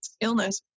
illness